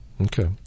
Okay